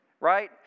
right